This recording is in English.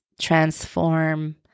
transform